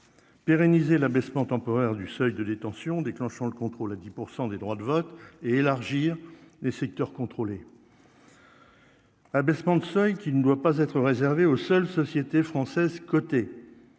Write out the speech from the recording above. pérenniser l'abaissement temporaire du seuil de détention, déclenchant le contrôle à 10 % des droits de vote et élargir les secteurs contrôlés abaissement de seuils qui ne doit pas être réservé aux seules sociétés françaises cotées